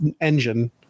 engine